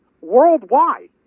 worldwide